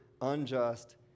unjust